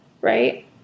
right